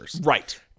Right